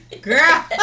girl